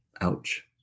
Ouch